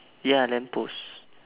ya lamp post